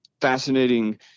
fascinating